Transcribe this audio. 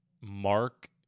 Mark